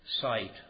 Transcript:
site